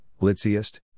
glitziest